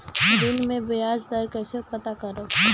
ऋण में बयाज दर कईसे पता करब?